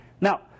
Now